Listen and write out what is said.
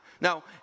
Now